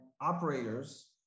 operators